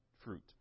fruit